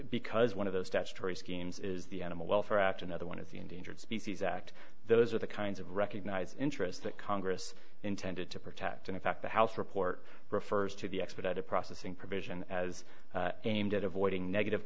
because one of those statutory schemes is the animal welfare act another one of the endangered species act those are the kinds of recognize interests that congress intended to protect and in fact the house report refers to the expedited processing provision as aimed at avoiding negative